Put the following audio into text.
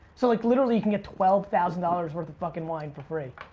so like literally you can get twelve thousand dollars worth of fucking wine for free.